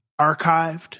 archived